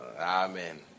Amen